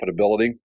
profitability